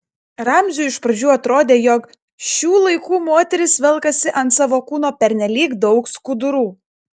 ramziui iš pradžių atrodė jog šių laikų moterys velkasi ant savo kūno pernelyg daug skudurų